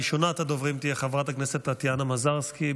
ראשונת הדוברים תהיה חברת הכנסת טטיאנה מזרסקי.